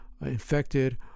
infected